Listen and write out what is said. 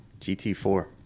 gt4